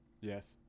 Yes